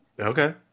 Okay